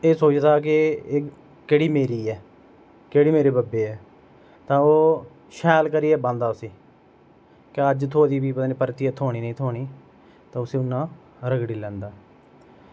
एह् सोचदा के केह्ड़ी मेरी ऐ केह्ड़ी मेरे बब्बै ऐ तां ओह् शैल करियै बाह्ंदा उस्सी के अज्ज थ्होई दी फ्ही परतियै पता नी थ्होंनी जां नेईं थ्होंनी तां उसी उन्ना रगड़ी लैंदा